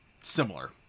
similar